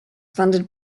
funded